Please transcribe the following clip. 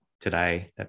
today